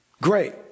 Great